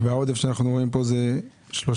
והעודף שאנחנו רואים פה זה שלושה?